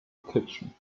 kitchen